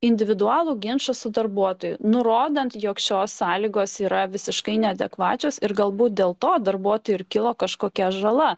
individualų ginčą su darbuotoju nurodant jog šios sąlygos yra visiškai neadekvačios ir galbūt dėl to darbuotojui ir kilo kažkokia žala